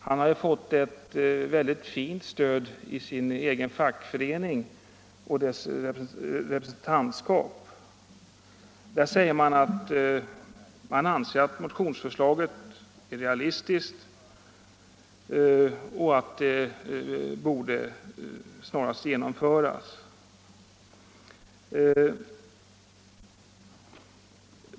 Han har fått ett väldigt fint stöd i sin egen fackförening och dess representantskap, som anser att motionsförslaget är realistiskt och snarast borde genomföras.